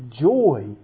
joy